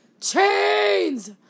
chains